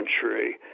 country